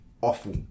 awful